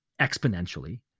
exponentially